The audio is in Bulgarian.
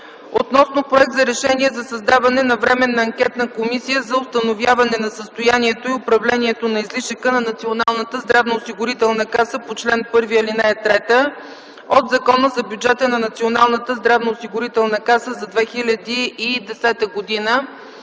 Проект за Решение за създаване на Временна анкетна комисия за установяване на състоянието и управлението на излишъка на Националната здравноосигурителна каса по чл. 1, ал. 3 от Закона за бюджета на Националната здравноосигурителна каса за 2010 г.